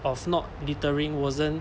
of not littering wasn't